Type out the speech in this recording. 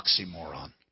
oxymoron